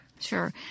sure